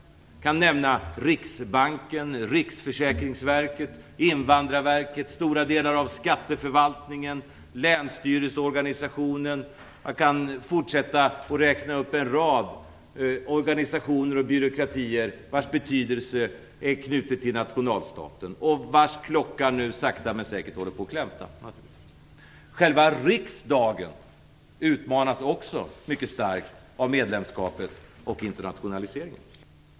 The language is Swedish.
Jag kan nämna Riksbanken, Riksförsäkringsverket, Invandrarverket, stora delar av skatteförvaltningen, länsstyrelseorganisationen och en rad andra organisationer och byråkratier, vilkas betydelse är knutna till nationalstaten. Klockan klämtar naturligtvis nu för dem. Själva riksdagen utmanas också mycket starkt av EU-medlemskapet och internationaliseringen.